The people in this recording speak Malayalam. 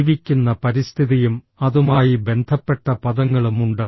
ജീവിക്കുന്ന പരിസ്ഥിതിയും അതുമായി ബന്ധപ്പെട്ട പദങ്ങളും ഉണ്ട്